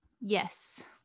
Yes